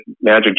Magic